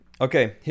Okay